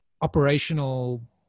operational